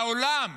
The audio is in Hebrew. לעולם